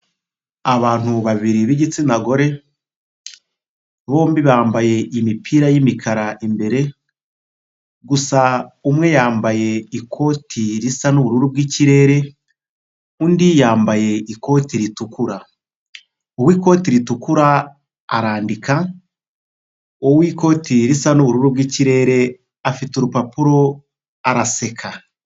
Abantu babiri b'igitsina gore, bombi bambaye imipira y'imikara imbere, gusa umwe yambaye ikoti risa n'ubururu bw'ikirere undi yambaye ikoti ritukura. Uw'ikoti ritukura arandika, uw'ikoti risa n'ubururu bw'ikirere afite urupapuro araseka.